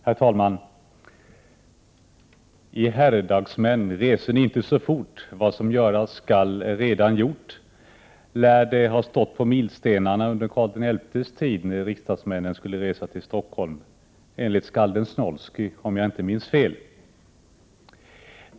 Herr talman! ”I herredagsmän, resen inte så fort — vad göras skall är allaredan gjort” lär det ha stått på milstenarna på Karl XI:s tid när riksdagsmännen skulle resa till Stockholm, enligt skalden Snoilsky, om jag inte minns fel.